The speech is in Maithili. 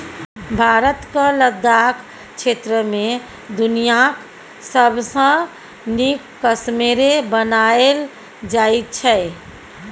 भारतक लद्दाख क्षेत्र मे दुनियाँक सबसँ नीक कश्मेरे बनाएल जाइ छै